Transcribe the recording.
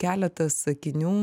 keletas sakinių